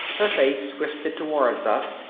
her face, twisted towards us,